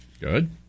Good